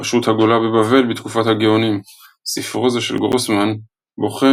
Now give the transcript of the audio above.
ראשות הגולה בבבל בתקופת הגאונים ספרו זה של גרוסמן בוחן